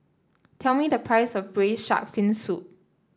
tell me the price of Braised Shark Fin Soup